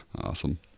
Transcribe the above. awesome